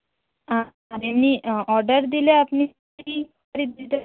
আ আর এমনি অ অর্ডার দিলে আপনি কি ডেলিভারি দিতে পারেন